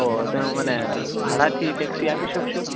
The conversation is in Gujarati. તોહ તમે મને ભાડાથી ટેક્સી આપી શકસો